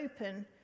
open